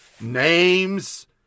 names